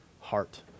heart